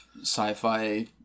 sci-fi